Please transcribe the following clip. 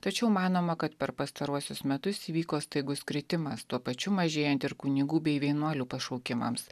tačiau manoma kad per pastaruosius metus įvyko staigus kritimas tuo pačiu mažėjant ir kunigų bei vienuolių pašaukimams